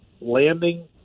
landing